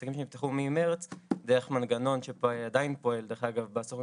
עסקים שנפתחו ממרץ דרך מנגנון שעדיין פועל בסוכנות